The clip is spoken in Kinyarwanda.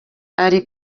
ari